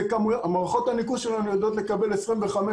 מערכות הניקוז שלנו יודעות לקבל 30-25